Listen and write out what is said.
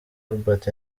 albert